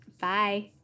Bye